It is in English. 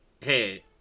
Hey